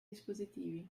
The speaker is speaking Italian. dispositivi